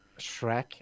Shrek